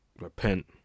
repent